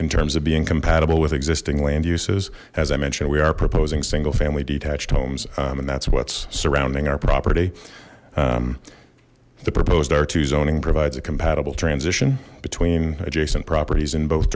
in terms of being compatible with existing land uses as i mentioned we are proposing single family detached homes and that's what's surrounding our property the proposed our to zoning provides a compatible transition between adjacent properties in both